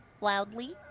loudly